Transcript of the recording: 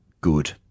good